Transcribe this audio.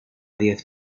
diez